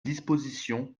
dispositions